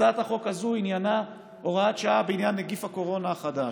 הצעת החוק הזאת עניינה הוראת שעה בעניין נגיף הקורונה החדש.